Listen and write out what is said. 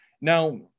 Now